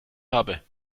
habe